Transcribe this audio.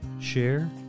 share